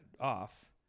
off